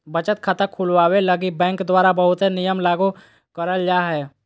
बचत खाता खुलवावे लगी बैंक द्वारा बहुते नियम लागू करल जा हय